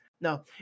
No